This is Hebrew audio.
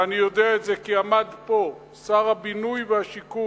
ואני יודע את זה כי עמד פה שר הבינוי והשיכון